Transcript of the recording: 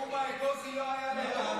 חברי הכנסת, נא לשבת.